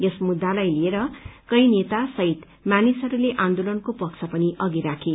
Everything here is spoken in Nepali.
यस मुद्दालाई लिएर केही नेता सहित मानिसहरूले आन्दोलनको पक्ष पनि अधि राखे